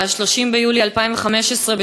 ב-30 ביולי 2015,